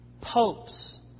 popes